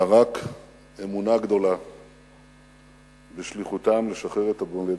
אלא רק אמונה גדולה בשליחותם, לשחרר את המולדת.